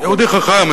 יהודי חכם.